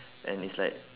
and it's like